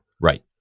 Right